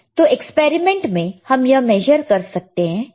तो एक्सपेरिमेंट में हम यह मेजर कर सकते हैं